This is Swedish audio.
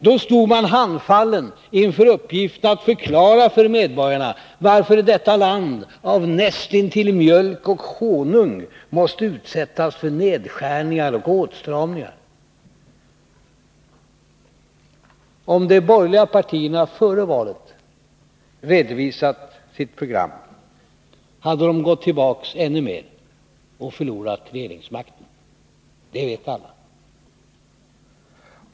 Då stod de handfallna inför uppgiften att förklara för medborgarna varför detta land av nästintill mjölk och honung måste utsättas för nedskärningar och åtstramning. Om de borgerliga före valet hade redovisat sitt program, hade de gått tillbaka ännu mer och förlorat regeringsmakten — det vet alla.